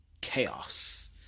chaos